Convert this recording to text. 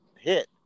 hit